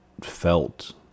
felt